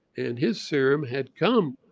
and his serum had come.